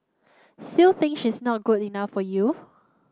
still think she's not good enough for you